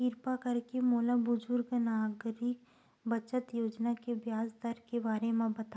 किरपा करके मोला बुजुर्ग नागरिक बचत योजना के ब्याज दर के बारे मा बतावव